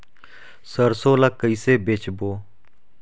सरसो ला कइसे बेचबो?